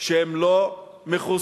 שהם לא מחוסנים,